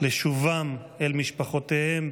לשובם אל משפחותיהם.